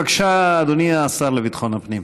בבקשה, אדוני השר לביטחון הפנים.